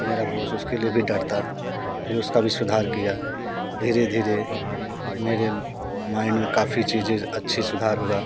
मेरा बॉस उसके लिए भी डांटता फिर उसका भी सुधार किया धीरे धीरे मेरे माइंड में काफ़ी चीज़ें अच्छी सुधार हुआ